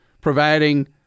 providing